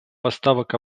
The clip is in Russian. поставок